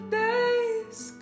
days